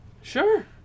Sure